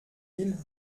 ils